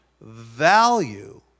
value